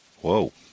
Whoa